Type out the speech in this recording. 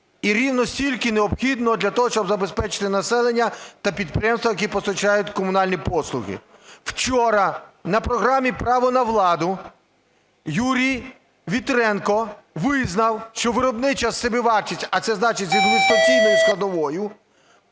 і рівно стільки необхідно для того, щоб забезпечити населення та підприємства, які постачають комунальні послуги. Вчора, на програмі "Право на владу" Юрій Вітренко визнав, що виробнича собівартість, а це значить з інвестиційною складовою,